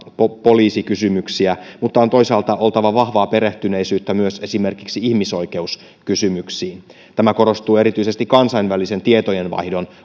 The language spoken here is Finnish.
poliisikysymyksiä mutta on toisaalta oltava vahvaa perehtyneisyyttä myös esimerkiksi ihmisoikeuskysymyksiin tämä korostuu erityisesti kansainvälisen tietojenvaihdon